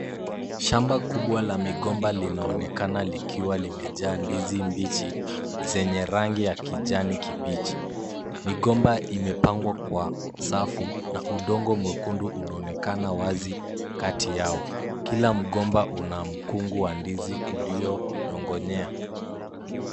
Shamba kubwa la migomba linaonekana likiwa limejaa ndizi mbichi zenye rangi ya kijani kibichi. Migomba imepangwa kwa safu na udongo mwekundu unaonekana wazi kati yao. Kila mgomba una mkungu wa ndizi ulionyongonyea.